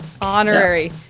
Honorary